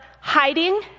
hiding